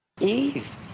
Eve